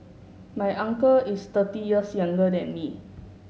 my uncle is thirty years younger than me